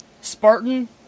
Spartan